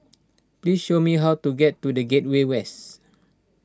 please show me how to get to the Gateway West